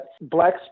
Black